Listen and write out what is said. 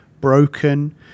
broken